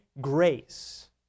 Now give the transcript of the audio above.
grace